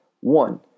One